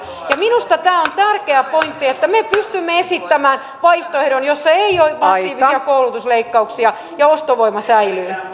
minusta tämä on tärkeä pointti että me pystymme esittämään vaihtoehdon jossa ei ole passiivisia koulutusleikkauksia ja ostovoima säilyy